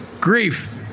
Grief